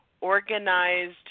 organized